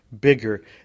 bigger